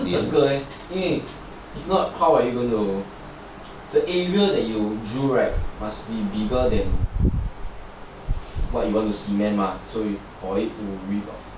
好像是整个 meh 因为 how are you gonna the area that you drew must be bigger than what you want to cement mah so you for it to re~